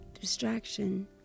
distraction